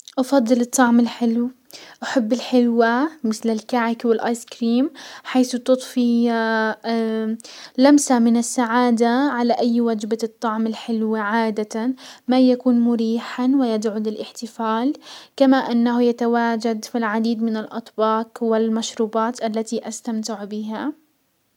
افضل الطعم الحلو. احب الحلوة مسل الكعك والايس كريم حيس تضفي لمسة من السعادة على اي وجبة. الطعم الحلوة عادة ما يكون مريحا ويدعو للاحتفال، كما انه يتواجد في العديد من الاطباق والمشروبات التي استمتع بها.